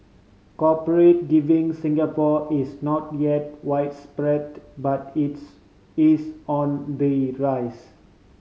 corporate giving Singapore is not yet widespread but its is on the rise